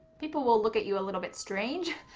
people will look at you a little bit strange,